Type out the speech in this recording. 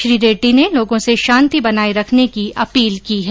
श्री रेड्डी ने लोगों से शांति बनाए रखने की अपील की है